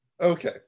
okay